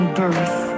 birth